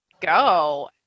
go